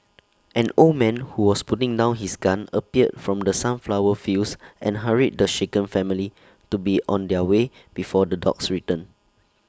an old man who was putting down his gun appeared from the sunflower fields and hurried the shaken family to be on their way before the dogs return